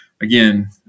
again